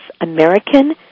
American